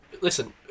listen